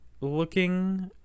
looking